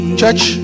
church